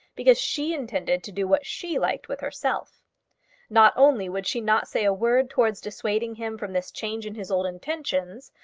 because she intended to do what she liked with herself not only would she not say a word towards dissuading him from this change in his old intentions,